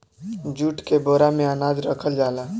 jute के बोरा में अनाज रखल जाला